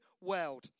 world